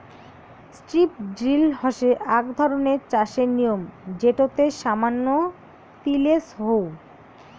strip drill হসে আক ধরণের চাষের নিয়ম যেটোতে সামান্য তিলেজ হউ